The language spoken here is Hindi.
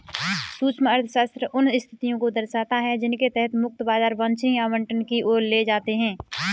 सूक्ष्म अर्थशास्त्र उन स्थितियों को दर्शाता है जिनके तहत मुक्त बाजार वांछनीय आवंटन की ओर ले जाते हैं